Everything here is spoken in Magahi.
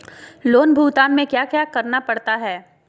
लोन भुगतान में क्या क्या करना पड़ता है